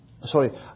Sorry